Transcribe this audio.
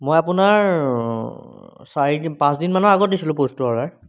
মই আপোনাৰ চাৰিদিন পাঁচদিন মানৰ আগত দিছিলোঁ বস্তু অৰ্ডাৰ